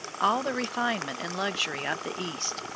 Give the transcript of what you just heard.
all the refinement and luxury of the east,